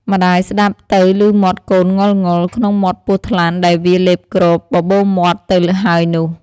ម្ដាយស្ដាប់ទៅឮមាត់កូនង៉ុលៗ ក្នុងមាត់ពស់ថ្លាន់ដែលវាលេបគ្រប បបូរមាត់ទៅហើយនោះ។